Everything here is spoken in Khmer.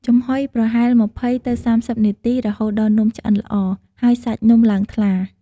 ចំហុយប្រហែល ២០ទៅ៣០ នាទី រហូតដល់នំឆ្អិនល្អ ហើយសាច់នំឡើងថ្លា។